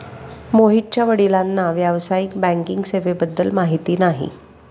मोहितच्या वडिलांना व्यावसायिक बँकिंग सेवेबद्दल माहिती नाही